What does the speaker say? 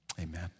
Amen